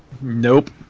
Nope